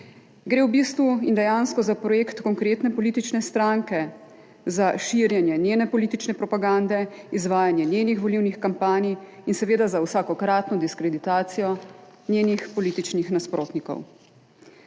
gre v bistvu in dejansko za projekt konkretne politične stranke, za širjenje njene politične propagande, izvajanje njenih volilnih kampanj in seveda za vsakokratno diskreditacijo njenih političnih nasprotnikov.